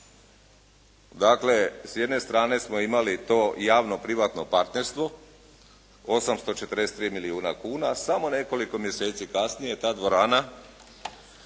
Dakle, s jedne strane smo imali to javno privatno partnerstvo 843 milijuna kuna a samo nekoliko mjeseci kasnije ta dvorana